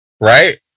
right